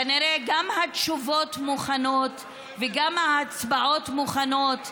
כנראה גם התשובות מוכנות וגם ההצבעות מוכנות,